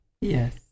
Yes